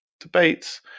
debates